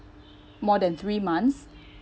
more than three months